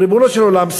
ריבונו של עולם,